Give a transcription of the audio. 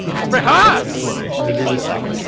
j-rehearse. consequences.